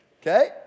Okay